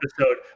episode